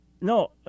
No